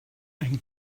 ein